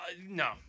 No